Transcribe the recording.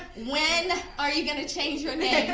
when are you going to change your name?